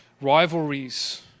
rivalries